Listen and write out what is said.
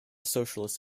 socialist